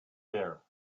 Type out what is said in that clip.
there